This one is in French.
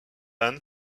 anne